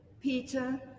Peter